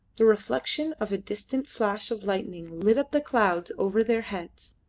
the reflection of a distant flash of lightning lit up the clouds over their heads,